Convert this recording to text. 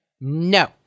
No